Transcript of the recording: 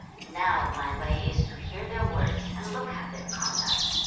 now my way is to hear their words, and look at their conduct.